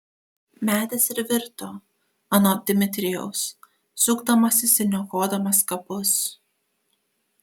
medis ir virto anot dmitrijaus sukdamasis ir niokodamas kapus